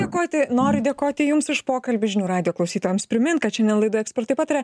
dėkoti noriu dėkoti jums už pokalbį žinių radijo klausytojams primint kad šiandien laidoje ekspertai pataria